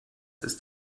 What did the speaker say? ist